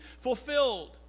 fulfilled